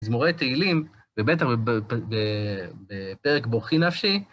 מזמורי תהילים, ובטח בפרק ברכיי נפשי.